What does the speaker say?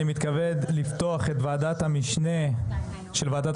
אני מתכבד לפתוח את ועדת המשנה של ועדת